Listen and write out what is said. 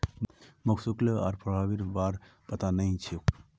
मोक शुल्क आर प्रभावीर बार पता नइ छोक